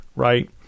Right